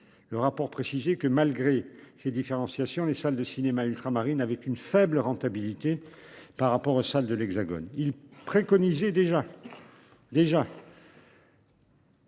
Le rapport, précisé que, malgré ces différenciations les salles de cinéma ultramarines, avec une faible rentabilité par rapport aux salles de l'Hexagone. Il préconisait déjà. Déjà.